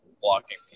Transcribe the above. blocking